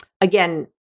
again